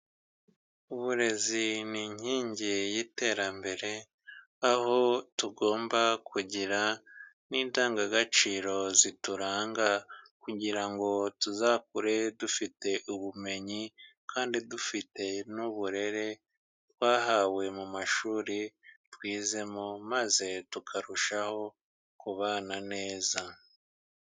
Uburezi ni inkingi y'iterambere, aho tugomba kugira n'indangagaciro zituranga, kugira ngo tuzakure dufite ubumenyi, kandi dufite n'uburere twahawe mu mashuri twizemo, maze tukarushaho kubana neza.